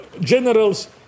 generals